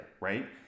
right